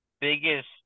biggest